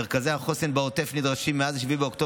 מרכזי החוסן בעוטף נדרשים מאז 7 באוקטובר